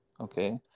Okay